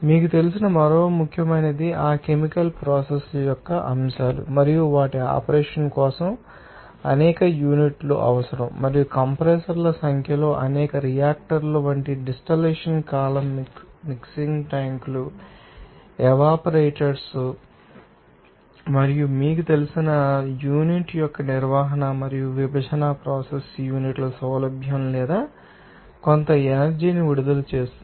మీకు తెలిసిన మరో ముఖ్యమైనది ఆ కెమికల్ ప్రోసెస్ ల యొక్క అంశాలు మరియు వాటి ఆపరేషన్ కోసం అనేక యూనిట్లు అవసరం మరియు కంప్రెసర్ల సంఖ్యలో అనేక రియాక్టర్ల వంటివి డిస్టిల్లషన్ కాలమ్ మిక్సింగ్ ట్యాంకులు ఏవాపరేటర్స్ విలువైనవి మరియు మీకు తెలిసినవి యూనిట్ యొక్క నిర్వహణ మరియు విభజన ప్రోసెస్ యూనిట్ సౌలభ్యం లేదా కొంత ఎనర్జీ ని విడుదల చేస్తుంది